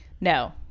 no